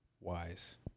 wise